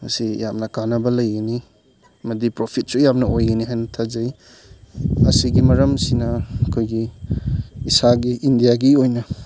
ꯑꯁꯤ ꯌꯥꯝꯅ ꯀꯥꯟꯅꯕ ꯂꯩꯒꯅꯤ ꯑꯃꯗꯤ ꯄ꯭ꯔꯣꯐꯤꯠꯁꯨ ꯌꯥꯝꯅ ꯑꯣꯏꯒꯅꯤ ꯍꯥꯏꯅ ꯊꯥꯖꯩ ꯑꯁꯤꯒꯤ ꯃꯔꯝꯁꯤꯅ ꯑꯩꯈꯣꯏꯒꯤ ꯏꯁꯥꯒꯤ ꯏꯟꯗꯤꯌꯥꯒꯤ ꯑꯣꯏꯅ